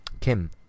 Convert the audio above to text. Kim